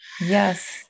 Yes